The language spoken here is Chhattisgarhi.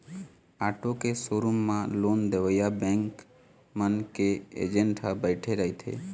आटो के शोरूम म लोन देवइया बेंक मन के एजेंट ह बइठे रहिथे